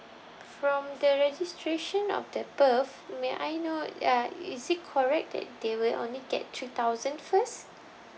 from the registration of the birth may I know uh is it correct that they will only get three thousand first